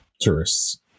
tourists